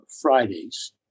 Fridays